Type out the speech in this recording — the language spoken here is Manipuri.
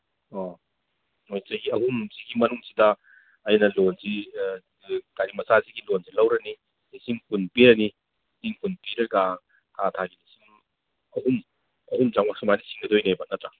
ꯑꯣ ꯍꯣꯏ ꯆꯍꯤ ꯑꯍꯨꯝꯁꯤꯒꯤ ꯃꯅꯨꯡꯁꯤꯗ ꯑꯩꯅ ꯂꯣꯟꯁꯤ ꯒꯥꯔꯤ ꯃꯆꯥꯁꯤꯒꯤ ꯂꯣꯟꯁꯤ ꯂꯧꯔꯅꯤ ꯂꯤꯁꯤꯡ ꯀꯨꯟ ꯄꯤꯔꯅꯤ ꯂꯤꯁꯤꯡ ꯀꯨꯟ ꯄꯤꯔꯒ ꯊꯥ ꯊꯥꯒꯤ ꯂꯤꯁꯤꯡ ꯑꯍꯨꯝ ꯑꯍꯨꯝ ꯆꯃꯉꯥ ꯁꯨꯃꯥꯏꯅ ꯁꯤꯡꯒꯗꯣꯏꯅꯦꯕ ꯅꯠꯇ꯭ꯔꯥ